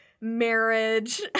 Marriage